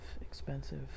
expensive